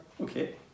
Okay